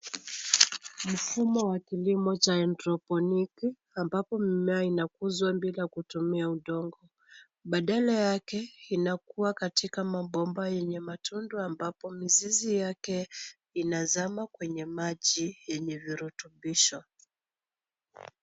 Mfumo wa kilimo cha haidroponiki ambapo mimea inakuzwa bila kutumia udongo. Badala yake inakuwa katika mabomba yenye matundu ambapo mizizi yake inazama kwenye maji yenye virutubisho.